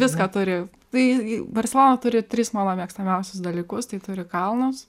viską turi tai barselona turi tris mano mėgstamiausius dalykus tai turi kalnus